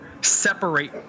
separate